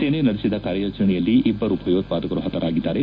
ಸೇನೆ ನಡೆಸಿದ ಕಾರ್ಯಾಚರಣೆಯಲ್ಲಿ ಇಬ್ಬರು ಭಯೋತ್ವಾದಕರು ಹತರಾಗಿದ್ದಾರೆ